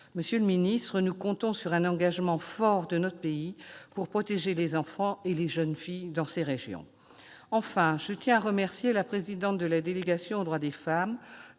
Monsieur le secrétaire d'État, nous comptons sur un engagement fort de notre pays pour protéger les enfants et les jeunes filles dans ces régions. Enfin, je tiens à remercier la présidente de la délégation aux droits des femmes